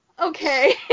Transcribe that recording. Okay